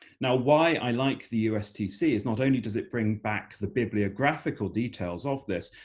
now why i like the ustc is not only does it bring back the bibliographical details of this,